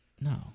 No